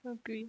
agree